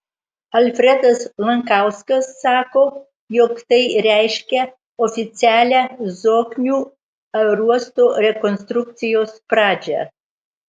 alfredas lankauskas sako jog tai reiškia oficialią zoknių aerouosto rekonstrukcijos pradžią